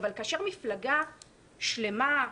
אבל כאשר מפלגה שלמה,